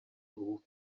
dugu